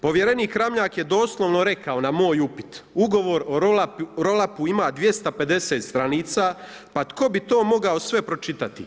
Povjerenik Ramljak je doslovno rekao na moj upit, ugovor o roll up-u ima 250 stranica, pa tko bi to mogao sve pročitati.